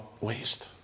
waste